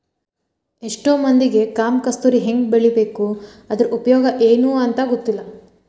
ಎಷ್ಟೋ ಮಂದಿಗೆ ಕಾಮ ಕಸ್ತೂರಿ ಹೆಂಗ ಬೆಳಿಬೇಕು ಅದ್ರ ಉಪಯೋಗ ಎನೂ ಅಂತಾ ಗೊತ್ತಿಲ್ಲ